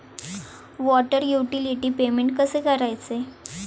Water utility payment कसे करायचे?